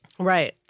Right